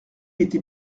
était